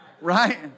Right